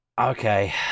Okay